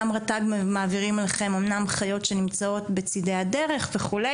גם רט"ג מעבירים לכם אמנם חיות שנמצאות בצידי הדרך וכו',